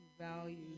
values